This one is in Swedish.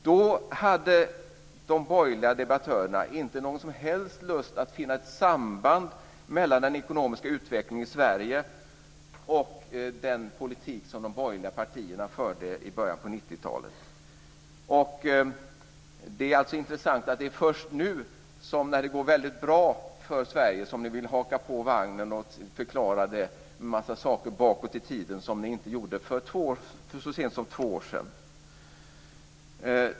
Då hade de borgerliga debattörerna inte någon som helst lust att finna ett samband mellan den ekonomiska utvecklingen i Sverige och den politik som de borgerliga partierna förde i början av Det intressanta är att det är först nu, när det går väldigt bra för Sverige, som de vill hoppa på vagnen och förklara det utifrån saker bakåt i tiden. Det gjorde de inte för så sent som två år sedan.